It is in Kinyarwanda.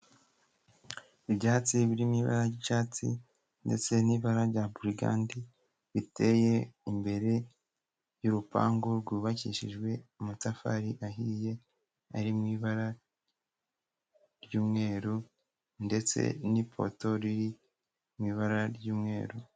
Ibyatsi biririmo ibara ry'icyatsi ndetse n'ibara rya prigand, biteye imbere y'urupangu rwubakishijwe amatafari ahiye, ari mu ibara ry'umweru ndetse n'ipoto riri mu ibara ry'umweru.